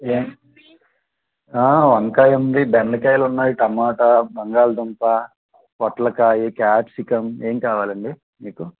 ఏం వంకాయ ఉంది బెండకాయలు ఉన్నాయి టమోట బంగాళదుంప పొట్లకాయి క్యాప్సికమ్ ఏం కావాలండి మీకు